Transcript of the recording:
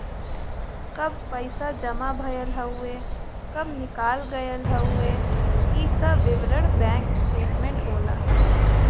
कब पैसा जमा भयल हउवे कब निकाल गयल हउवे इ सब विवरण बैंक स्टेटमेंट होला